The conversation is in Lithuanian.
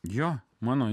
jo mano